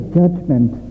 judgment